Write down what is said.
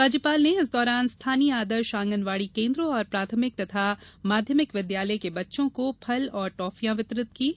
राज्यपाल ने इस दौरान स्थानीय आदर्श आंगनबार्डी केन्द्र और प्राथमिक एवं माध्यमिक विद्यालय के बच्चों को फल और टॉफियां वितरित कीं